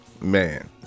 Man